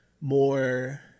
more